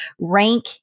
rank